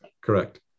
Correct